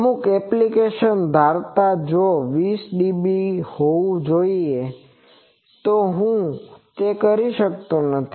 અમુક એપ્લિકેસન ધારતા જો તે 20db હોવુ જરૂરી હોઈ તો હું કરી શકતો નથી